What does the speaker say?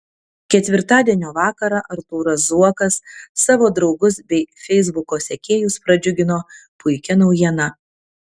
ketvirtadienio vakarą artūras zuokas savo draugus bei feisbuko sekėjus pradžiugino puikia naujiena